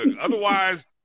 otherwise